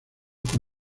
con